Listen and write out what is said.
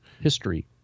history